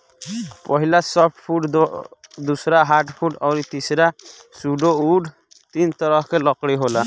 पहिला सॉफ्टवुड दूसरा हार्डवुड अउरी तीसरा सुडोवूड तीन तरह के लकड़ी होला